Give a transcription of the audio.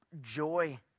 joy